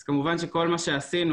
אז כמובן שכל מה שעשינו,